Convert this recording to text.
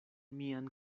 mian